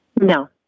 No